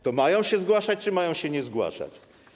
To mają się zgłaszać, czy mają się nie zgłaszać?